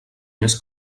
més